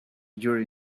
your